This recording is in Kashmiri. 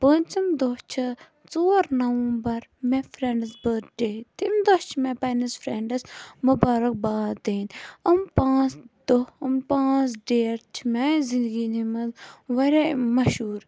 پوٗنٛژِم دۄہ چھُ ژور نَوَمبَر مےٚ فرنڈَس برتھ ڈے تمہِ دۄہ چھ مےٚ پَننِس فرنڈَس مُبارَک باد دِن یِم پانٛژھ دۄہ یِم پانٛژھ ڈیٹ میانہِ زِنٛدگٲنی مَنٛز واریاہ مَشہوٗر